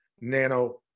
nano